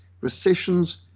recessions